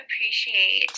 appreciate